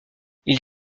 ils